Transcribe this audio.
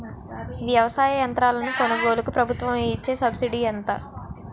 వ్యవసాయ యంత్రాలను కొనుగోలుకు ప్రభుత్వం ఇచ్చే సబ్సిడీ ఎంత?